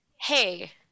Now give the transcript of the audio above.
hey